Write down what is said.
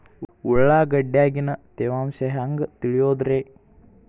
ಉಳ್ಳಾಗಡ್ಯಾಗಿನ ತೇವಾಂಶ ಹ್ಯಾಂಗ್ ತಿಳಿಯೋದ್ರೇ?